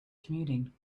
commuting